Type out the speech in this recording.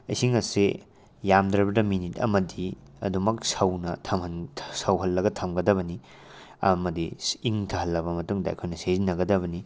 ꯏꯁꯤꯡ ꯑꯁꯤ ꯌꯥꯝꯗ꯭ꯔꯕꯗ ꯃꯤꯅꯤꯠ ꯑꯃꯗꯤ ꯑꯗꯨꯃꯛ ꯁꯧꯍꯜꯂꯒ ꯊꯝꯒꯗꯕꯅꯤ ꯑꯃꯗꯤ ꯏꯪꯊꯍꯜꯂꯕ ꯃꯇꯨꯡꯗ ꯑꯩꯈꯣꯏꯅ ꯁꯤꯖꯤꯟꯅꯒꯗꯕꯅꯤ